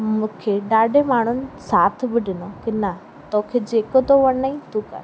मूंखे ॾाढा माण्हुनि साथ बि ॾिनो की न तोखे जेको थो वणे ई तू कर